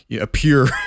appear